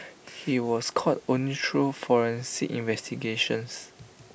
he was caught only through forensic investigations